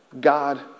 God